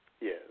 yes